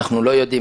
אנחנו לא יודעים,